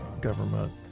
government